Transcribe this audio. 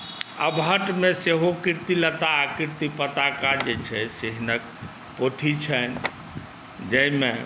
अबहट्ठमे सेहो कीर्तिलता कीर्तिपताका जे छै से हिनक पोथी छनि जाहिमे